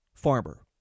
farmer